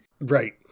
Right